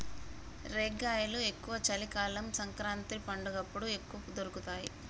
రేగ్గాయలు ఎక్కువ చలి కాలం సంకురాత్రి పండగప్పుడు ఎక్కువ దొరుకుతాయి